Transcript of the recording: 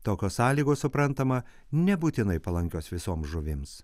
tokios sąlygos suprantama nebūtinai palankios visoms žuvims